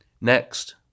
Next